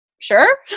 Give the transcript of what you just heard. sure